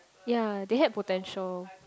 ya they had potential